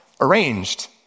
arranged